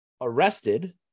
arrested